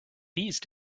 these